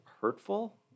hurtful